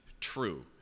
true